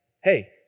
hey